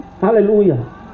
Hallelujah